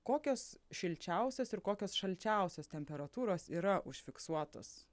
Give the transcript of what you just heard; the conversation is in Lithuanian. kokios šilčiausios ir kokios šalčiausios temperatūros yra užfiksuotos